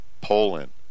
Poland